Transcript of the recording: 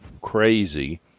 crazy